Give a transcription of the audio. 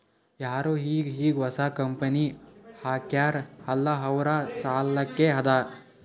ಯಾರು ಈಗ್ ಈಗ್ ಹೊಸಾ ಕಂಪನಿ ಹಾಕ್ಯಾರ್ ಅಲ್ಲಾ ಅವ್ರ ಸಲ್ಲಾಕೆ ಅದಾ